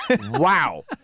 wow